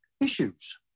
issues